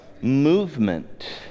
movement